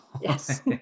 yes